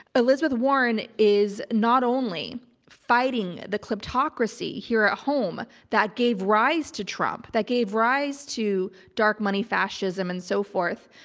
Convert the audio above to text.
elizabeth warren is not only fighting the kleptocracy here at ah home that gave rise to trump, that gave rise to dark money, fascism and so forth.